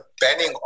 banning